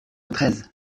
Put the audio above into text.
treize